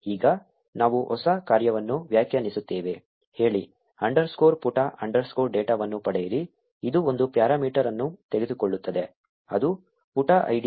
ಈಗ ನಾವು ಹೊಸ ಕಾರ್ಯವನ್ನು ವ್ಯಾಖ್ಯಾನಿಸುತ್ತೇವೆ ಹೇಳಿ ಅಂಡರ್ಸ್ಕೋರ್ ಪುಟ ಅಂಡರ್ಸ್ಕೋರ್ ಡೇಟಾವನ್ನು ಪಡೆಯಿರಿ ಇದು ಒಂದು ಪ್ಯಾರಾಮೀಟರ್ ಅನ್ನು ತೆಗೆದುಕೊಳ್ಳುತ್ತದೆ ಅದು ಪುಟ ಐಡಿ